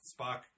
spock